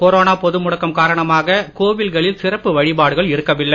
corona பொது முடக்கம் காரணமாக கோவில்களில் சிறப்பு வழிபாடுகள் இருக்கவில்லை